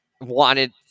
wanted